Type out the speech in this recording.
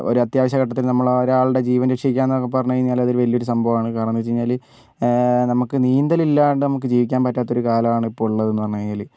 ഒരത്യാവശ്യ ഘട്ടത്തിൽ നമ്മൾ ഒരാൾടെ ജീവൻ രക്ഷിക്കുകാന്നൊക്കേ പറഞ്ഞു കഴിഞ്ഞാൽ അതൊരു വലിയൊരു സംഭവമാണ് കാരണെന്താ വെച്ചു കഴിഞ്ഞാൽ നമുക്ക് നീന്തൽ ഇല്ലാണ്ട് നമുക്ക് ജീവിക്കാൻ പറ്റാത്തൊരു കാലമാണിപ്പോൾ ഉള്ളതെന്ന് പറഞ്ഞു കഴിഞ്ഞാൽ